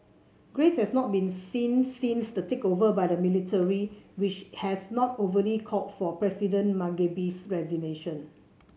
grace has not been seen since the takeover by the military which has not overtly called for President Mugabe's resignation